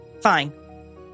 Fine